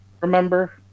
Remember